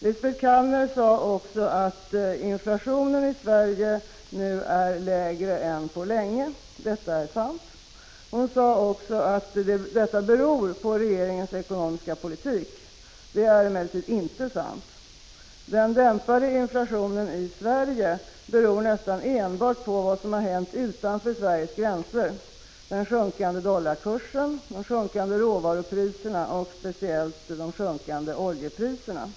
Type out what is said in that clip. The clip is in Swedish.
Lisbet Calner sade att inflationen i Sverige nu är lägre än på länge. Detta är sant. Hon sade också att det beror på regeringens ekonomiska politik. Detta är emellertid inte sant. Att inflationen dämpats i Sverige beror nästan enbart på vad som har hänt utanför Sveriges gränser — den sjunkande dollarkursen, de sjunkande råvarupriserna och speciellt de sjunkande oljepriserna.